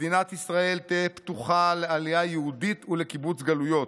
"מדינת ישראל תהא פתוחה לעלייה יהודית ולקיבוץ גלויות,